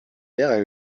lehrer